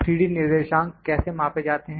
3D निर्देशांक कैसे मापे जाते हैं